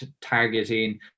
targeting